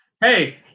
hey